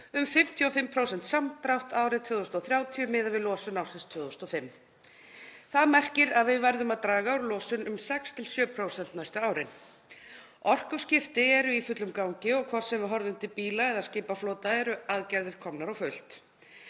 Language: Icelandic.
um 55% samdrátt árið 2030 miðað við losun ársins 2005. Það merkir að við verðum að draga úr losun um 6–7% næstu árin. Orkuskipti eru í fullum gangi og hvort sem við horfum til bíla- eða skipaflota eru aðgerðir komnar á fullt.